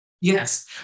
Yes